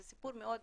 זה סיפור מאוד